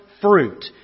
fruit